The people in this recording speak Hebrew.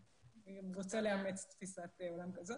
שרוצה לאמץ תפיסת עולם כזאת.